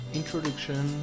introduction